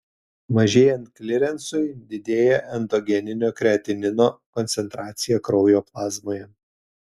mažėjant klirensui didėja endogeninio kreatinino koncentracija kraujo plazmoje